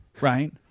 right